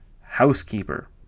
housekeeper